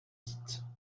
dites